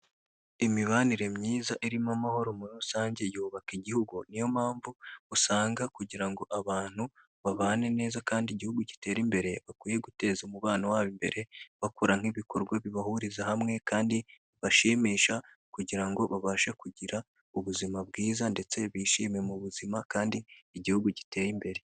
Imibanire myiza irimo amahoro muri rusange yubaka igihugu, niyo mpamvu usanga kugira ngo abantu babane neza kandi igihugu gitere imbere bakwiye guteza umubano wabo imbere bakora nk'ibikorwa bibahuriza hamwe, kandi bibashimisha kugira ngo babashe kugira ubuzima bwiza ndetse bishime mu buzima kandi igihugu gitere imbere.